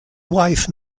wife